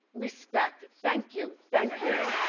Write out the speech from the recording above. respect, thank you, thank you.